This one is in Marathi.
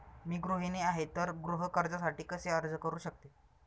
मी गृहिणी आहे तर गृह कर्जासाठी कसे अर्ज करू शकते?